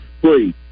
please